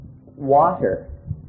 Water